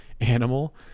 animal